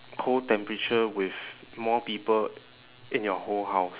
cold temperature with more people in your whole house